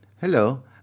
hello